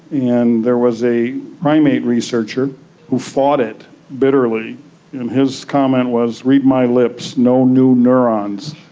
and there was a primate researcher who fought it bitterly his comment was, read my lips no new neurons.